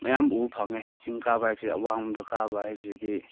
ꯃꯌꯥꯝ ꯎꯕ ꯐꯪꯉꯦ ꯆꯤꯡ ꯀꯥꯕ ꯍꯥꯏꯕꯁꯦ ꯑꯋꯥꯡꯕꯗ ꯀꯥꯕ ꯍꯥꯏꯕꯁꯤꯗꯤ